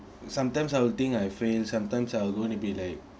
sometimes I will think I fail sometimes I'll going to be like